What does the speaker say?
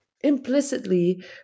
implicitly